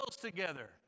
together